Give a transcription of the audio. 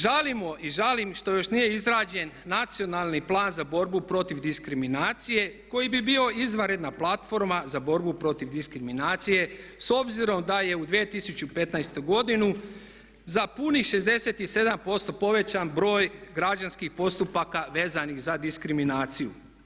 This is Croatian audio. Žalimo i žalim što još nije izrađen nacionalni plan za borbu protiv diskriminacije koji bi bio izvanredna platforma za borbu protiv diskriminacije s obzirom da je u 2015.godini za punih 67% povećan broj građanskih postupaka vezanih za diskriminaciju.